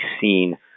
seen